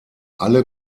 alle